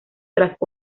tras